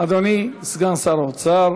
אדוני סגן האוצר